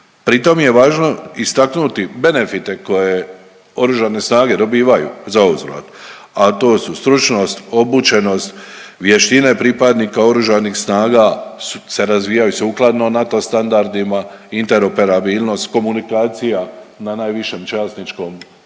Pri tom je važno istaknuti benefite koje Oružane snage dobivaju zauzvrat, a to su stručnost, obučenost, vještine pripadnika Oružanih snaga se razvijaju sukladno NATO standardima, interoperabilnost, komunikacija na najvišem časničkom vrhu,